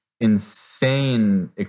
insane